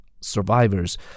survivors